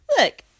Look